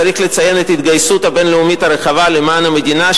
צריך לציין את ההתגייסות הבין-לאומית הרחבה למען המדינה,